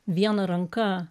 viena ranka